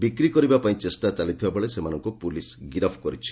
ବିକ୍ରି କରିବାପାଇଁ ଚେଷ୍ଟା ଚାଲିଥିବାବେଳେ ସେମାନଙ୍କୁ ପୁଲିସ୍ ଗିରଫ କରିଛି